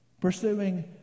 Pursuing